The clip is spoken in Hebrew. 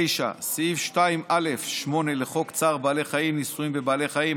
9. סעיף 2(א)(8) לחוק צער בעלי חיים (ניסויים בבעלי חיים),